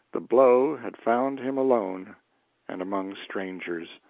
the blow had found him alone and among strangers.